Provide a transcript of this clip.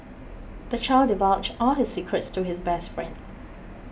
the child divulged all his secrets to his best friend